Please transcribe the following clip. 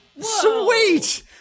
Sweet